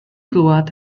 glwad